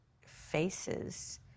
faces